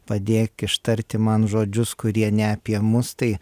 padėk ištarti man žodžius kurie ne apie mus tai